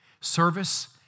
Service